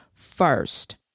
first